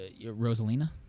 Rosalina